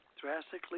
drastically